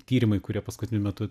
tyrimai kurie paskutiniu metu